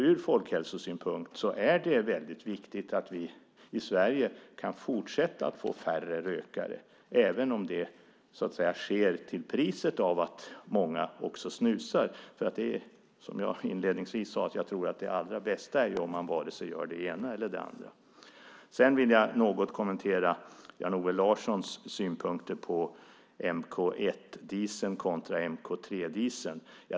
Ur folkhälsosynpunkt är det väldigt viktigt att vi i Sverige kan fortsätta få färre rökare även om det sker till priset av att många snusar. Som jag inledningsvis sade tror jag att det allra bästa är om man inte gör vare sig det ena eller det andra. Sedan vill jag något kommentera Jan-Olof Larssons synpunkter på mk 1-dieseln kontra mk 3-dieseln.